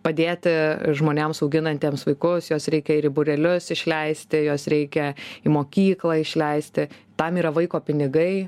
padėti žmonėms auginantiems vaikus juos reikia ir į būrelius išleisti juos reikia į mokyklą išleisti tam yra vaiko pinigai